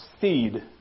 seed